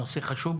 נושא חשוב.